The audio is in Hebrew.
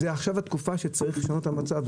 עכשיו התקופה שצריך לשנות את המצב,